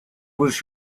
was